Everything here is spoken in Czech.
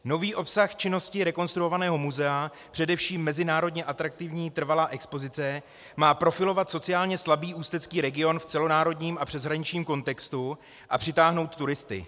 Nový obsah činnosti rekonstruovaného muzea, především mezinárodně atraktivní trvalá expozice, má profilovat sociálně slabý ústecký region v celonárodním a přeshraničním kontextu a přitáhnout turisty.